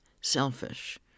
selfish